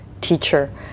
teacher